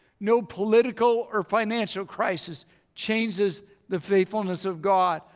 no political or financial crisis changes the faithfulness of god.